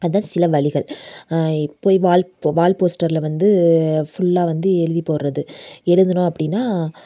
அதான் சில வழிகள் போய் வால் போ வால் போஸ்டரில் வந்து ஃபுல்லாக வந்து எழுதி போடுறது எழுதுனோம் அப்படின்னா